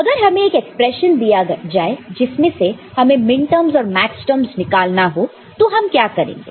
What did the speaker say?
अगर हमें एक एक्सप्रेशन दिया जाए जिसमें से हमें मिनटर्मस और मैक्सटर्मस निकालना हो तो हम क्या करेंगे